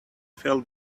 felt